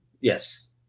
Yes